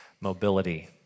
mobility